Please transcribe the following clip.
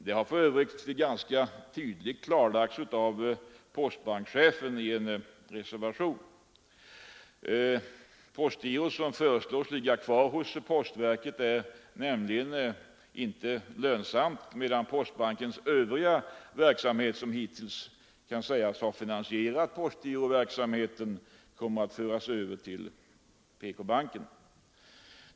Det har för övrigt ganska tydligt klarlagts av postbankschefen. Postgirot som föreslås ligga kvar hos postverket är nämligen inte lönsamt, medan postbankens övriga verksamhet som hittills kan sägas ha finansierat postgiroverksamheten kommer att föras över till PK-banken.